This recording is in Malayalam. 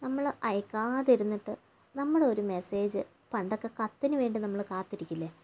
നമ്മൾ അയക്കാതിരുന്നിട്ട് നമ്മളെ ഒരു മെസ്സേജ് പണ്ടൊക്കെ കത്തിന് വേണ്ടിട്ട് നമ്മൾ കാത്തിരിക്കില്ലേ